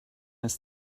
his